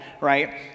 right